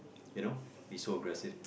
you know be so aggressive